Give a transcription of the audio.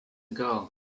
ago